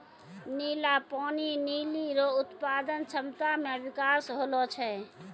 नीला पानी लीली रो उत्पादन क्षमता मे बिकास होलो छै